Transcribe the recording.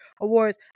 Awards